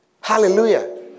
Hallelujah